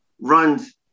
runs